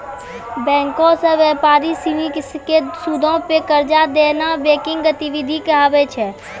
बैंको से व्यापारी सिनी के सूदो पे कर्जा देनाय बैंकिंग गतिविधि कहाबै छै